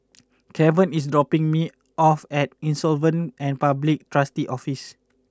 Keven is dropping me off at Insolvency and Public Trustee's Office